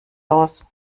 aus